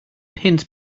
punt